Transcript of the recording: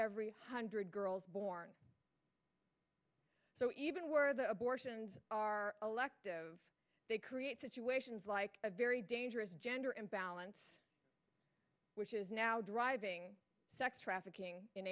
every one hundred girls born so even where the abortions are elective they create situations like a very dangerous gender imbalance which is now driving sex trafficking in